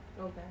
Okay